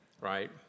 right